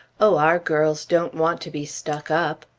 oh, our girls don't want to be stuck up!